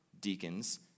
deacons